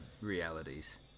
realities